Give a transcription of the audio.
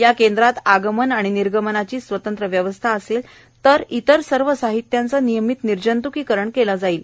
या केंद्रात आगमन आणि निर्गमनाची स्वतंत्र व्यवस्था असेल तर इतर सर्व साहित्यांचं नियमित निर्जंत्कीकरण केलं जाणार आहे